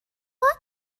what